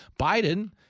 Biden